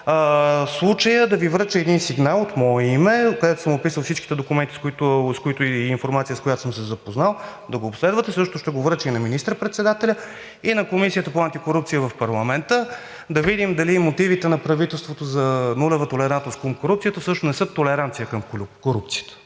случая да Ви връча един сигнал от мое име, където съм описал всичките документи и информация, с която съм се запознал, да го обследвате. Също ще го връча и на министър-председателя, и на Комисията по антикорупция в парламента, да видим дали мотивите на правителството за нулева толерантност към корупцията всъщност не са толеранция към корупцията.